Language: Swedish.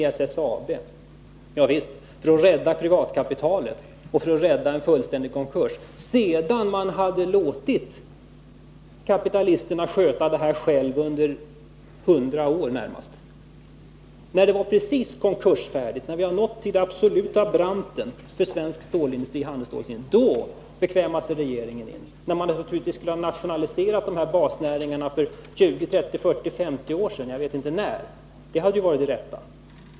Javisst, men det har ni gjort för att rädda privatkapitalet och för att undvika en fullständig konkurs. Det har ni gjort efter det att kapitalisterna fått sköta det hela i närmare 100 år. Först när vi har kommit till den yttersta branten för svensk handelsstålsindustri och stålindustrin i övrigt, bekvämar sig regeringen att träda in. Man skulle naturligtvis ha nationaliserat dessa basnäringar för 20, 30, 40 eller 50 år sedan — jag vet inte när. Det hade varit det rätta.